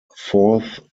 fourth